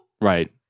Right